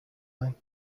line